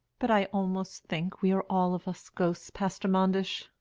but i almost think we are all of us ghosts, pastor manders.